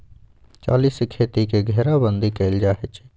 जाली से खेती के घेराबन्दी कएल जाइ छइ